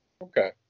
Okay